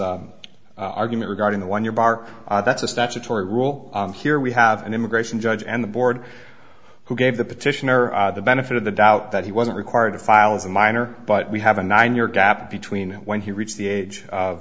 s argument regarding the one your bark that's a statutory rule here we have an immigration judge and the board who gave the petitioner the benefit of the doubt that he wasn't required to file as a minor but we have a nine year gap between when he reached the age of